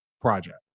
project